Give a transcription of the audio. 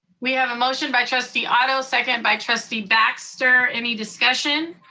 we have a motion by trustee otto, second by trustee baxter. any discussion?